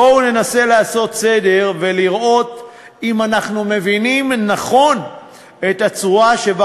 בואו ננסה לעשות סדר ולראות אם אנחנו מבינים נכון את הצורה שבה